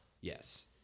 Yes